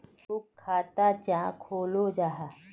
लोग खाता चाँ खोलो जाहा?